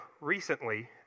recently